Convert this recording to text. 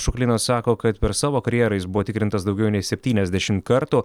šuklinas sako kad per savo karjerą jis buvo tikrintas daugiau nei septyniasdešimt kartų